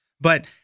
But-